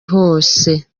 hose